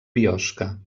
biosca